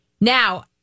Now